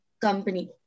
company